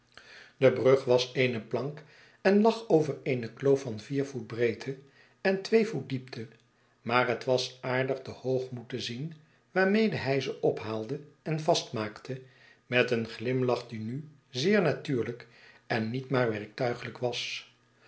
de brug was eene plank en lag over eene kloof van vier voet breedte en twee voet diepte maar het was aardig den hoogmoed te zien waarmede hij ze ophaalde en vastmaakte met een glimlach die nu zeer natuurlijk en niet maar werktuiglijk was